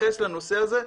להתייחס לנושא הזה.